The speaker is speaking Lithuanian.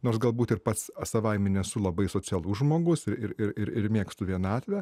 nors galbūt ir pats savaime nesu labai socialus žmogus ir ir ir ir ir mėgstu vienatvę